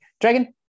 Dragon